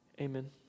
amen